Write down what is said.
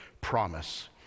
promise